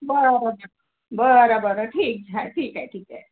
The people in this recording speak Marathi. बरं बरं बरं ठीक आहे ठीक आहे ठीक आहे